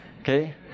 Okay